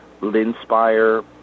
Linspire